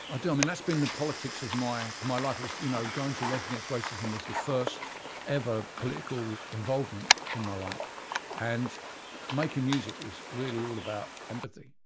ah do, i mean that's been the politics of my my life you know going to rock against racism was the first ever political involvement in my life and making music is really all about empathy,